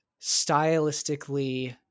stylistically